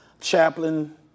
chaplain